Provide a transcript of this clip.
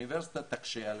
האוניברסיטה תקשה עליהם,